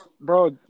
Bro